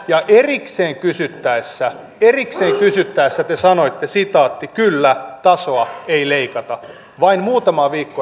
ja erikseen kysyttäessä te sanoitte kyllä tasoa ei leikata vain muutamaa viikkoa ennen vaaleja